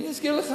אני אזכיר לך.